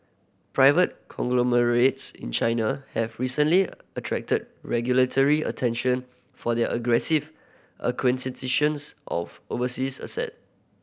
private conglomerates in China have recently attracted regulatory attention for their aggressive acquisitions of overseas asset